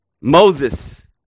Moses